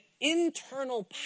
internal